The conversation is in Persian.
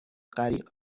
غریق